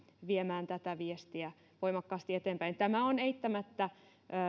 viemään tätä viestiä voimakkaasti eteenpäin tämä on eittämättä